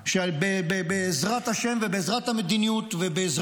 שבעזרת השם ובעזרת המדיניות ובעזרת